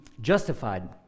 justified